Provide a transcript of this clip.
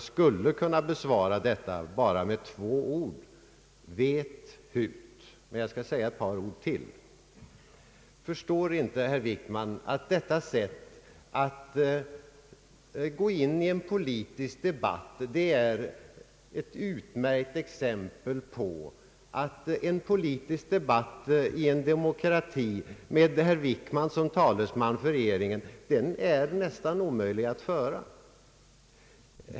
Man skulle kunna besvara detta endast med två ord: Vet hut! Men jag skall säga ytterligare ett par ord. Förstår inte herr Wickman att detta sätt att gå in i en politisk debatt är ett utmärkt exempel på att en politisk debatt i en demokrati med herr Wickman som talesman för regeringen är nästan omöjlig att föra?